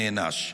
נענש.